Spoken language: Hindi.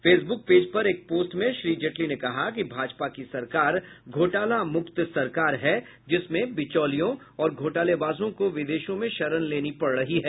फेसब्क पेज पर एक पोस्ट में श्री जेटली ने कहा कि भाजपा की सरकार घोटाला मुक्त सरकार है जिसमें बिचौलियों और घोटालेबाजों को विदेशों में शरण लेनी पड़ रही है